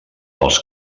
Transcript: els